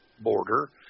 border